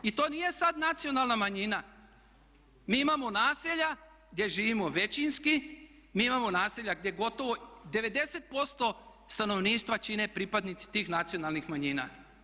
I to nije sad nacionalna manjina, mi imamo naselja gdje živimo većinski, mi imamo naselja gdje gotovo 90% stanovništva čine pripadnici tih nacionalnih manjina.